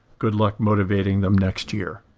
good luck motivating them next year.